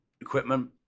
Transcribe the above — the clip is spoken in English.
equipment